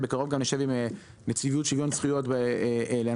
בקרוב נשב גם עם נציבות שוויון זכויות לאנשים